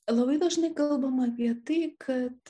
labai dažnai kalbam apie tai kad